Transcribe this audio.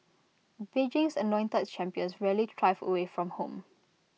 Beijing's anointed champions rarely thrive away from home